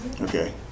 okay